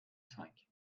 cinq